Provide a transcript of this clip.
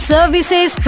Services